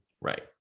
Right